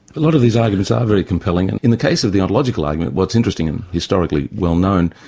a lot of these arguments are very compelling, and in the case of the ontological argument, what's interesting and historically well known,